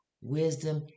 wisdom